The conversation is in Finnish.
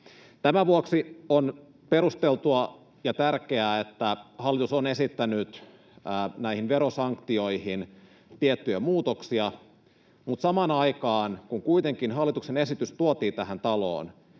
Tämän vuoksi on perusteltua ja tärkeää, että hallitus on esittänyt näihin verosanktioihin tiettyjä muutoksia, mutta samaan aikaan, kun kuitenkin hallituksen esitys tuotiin tähän taloon,